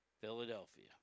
Philadelphia